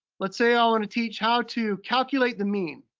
let's say i wanna teach how to calculate the mean.